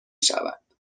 شود